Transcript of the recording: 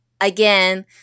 again